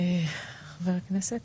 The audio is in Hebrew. חבר הכנסת?